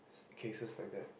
cases like that